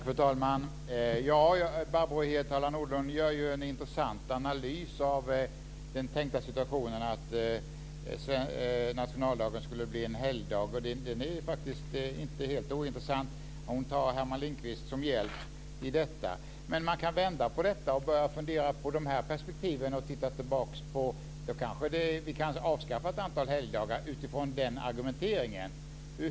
Fru talman! Barbro Hietala Nordlund gör en intressant analys av den tänkta situationen att nationaldagen skulle bli en helgdag, och den är inte helt ointressant. Hon tar Herman Lindqvist till hjälp i detta. Men man kan vända på detta, börja fundera på perspektiven och titta tillbaka. Då kanske vi kan avskaffa ett antal helgdagar utifrån den argumenteringen.